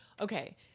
okay